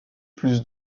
plus